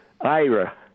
ira